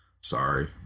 sorry